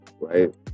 right